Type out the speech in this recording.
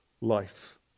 life